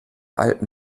alten